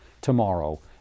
tomorrow